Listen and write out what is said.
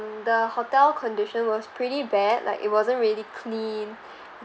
the hotel condition was pretty bad like it wasn't really clean